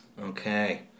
Okay